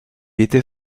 était